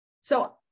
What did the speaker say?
So-